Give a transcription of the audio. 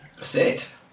sit